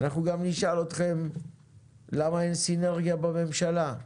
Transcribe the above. אנחנו גם נשאל אתכם למה אין סינרגיה בממשלה,